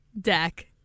deck